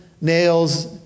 nails